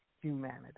humanity